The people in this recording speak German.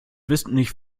wissentlich